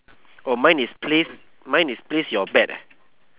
oh mine is place mine is place your bet eh